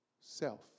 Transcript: self